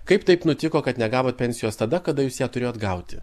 kaip taip nutiko kad negavot pensijos tada kada jūs ją turėjot gauti